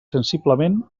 sensiblement